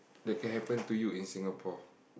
that can happen to you in Singapore